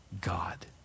God